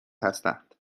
هستند